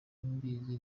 mbizi